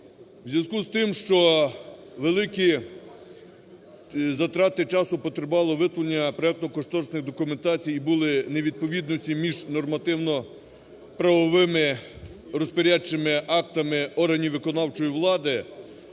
У зв'язку з тим, що великі затрати часу потребувало виправлення проекту кошторисної документації і були невідповідності між нормативно-правовими розпорядчими актами органів виконавчої влади,